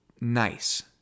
nice